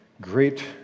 great